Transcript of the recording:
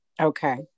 okay